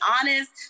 honest